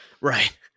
right